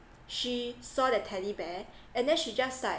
she saw that teddy bear and then she just like